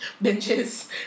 benches